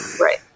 Right